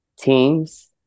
teams